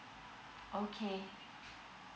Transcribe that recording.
okay